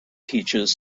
teaches